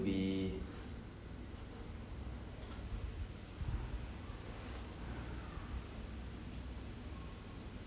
be